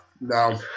No